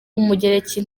w’umugereki